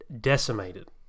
decimated